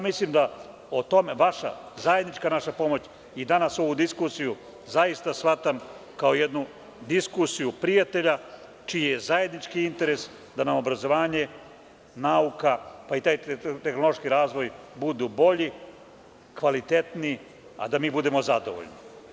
Mislim da naša zajednička pomoć i danas ovu diskusiju zaista shvatam kao jednu diskusiju prijatelja, čiji je zajednički interes da nam obrazovanje, nauka i tehnološki razvoj budu bolji, kvalitetniji, a da mi budemo zadovoljni.